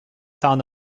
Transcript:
town